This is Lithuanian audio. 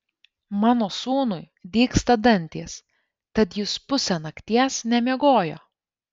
mano sūnui dygsta dantys tad jis pusę nakties nemiegojo